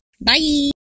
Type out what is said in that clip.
Bye